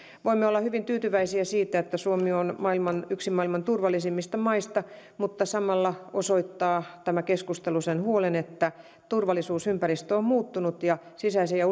voimme olla hyvin tyytyväisiä siihen että suomi on yksi maailman turvallisimmista maista mutta samalla tämä keskustelu osoittaa sen huolen että turvallisuusympäristö on muuttunut ja sisäinen ja